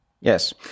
yes